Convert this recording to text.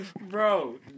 Bro